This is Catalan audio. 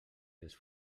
els